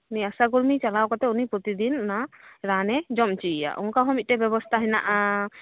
ᱩᱱᱤ ᱟᱥᱟ ᱠᱚᱨᱢᱤ ᱪᱟᱞᱟᱣ ᱠᱟᱛᱮᱜ ᱩᱱᱤ ᱯᱨᱛᱤᱫᱤᱱ ᱚᱱᱟ ᱨᱟᱱᱮ ᱡᱚᱢ ᱚᱪᱚᱭ ᱭᱟ ᱚᱝᱠᱟ ᱦᱚᱸ ᱢᱤᱜᱴᱮᱡ ᱵᱮᱵᱚᱥᱛᱟ ᱦᱮᱱᱟᱜᱼᱟ